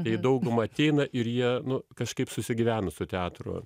tai dauguma ateina ir jie nu kažkaip susigyvenus su teatru